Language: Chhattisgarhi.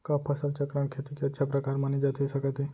का फसल चक्रण, खेती के अच्छा प्रकार माने जाथे सकत हे?